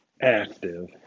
active